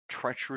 Treacherous